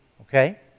okay